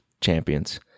champions